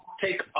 take